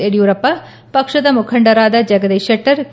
ಯಡಿಯೂರಪ್ಲ ಪಕ್ಷದ ಮುಖಂಡರಾದ ಜಗದೀಶ್ ಶೆಟ್ಲರ್ ಕೆ